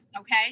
Okay